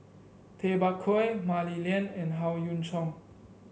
Tay Bak Koi Mah Li Lian and Howe Yoon Chong